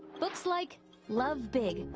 books like love big.